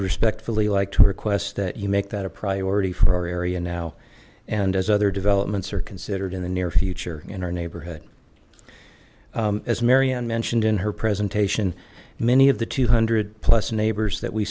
respectfully like to request that you make that a priority for our area now and as other developments are considered in the near future in our neighborhood as marianne mentioned in her presentation many of the two hundred plus neighbors that we